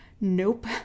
Nope